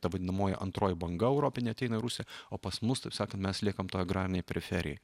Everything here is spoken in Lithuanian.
ta vadinamoji antroji banga europinė ateina į rusiją o pas mus taip sakant mes liekam toj agrarinėj periferijoj